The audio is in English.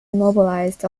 immobilized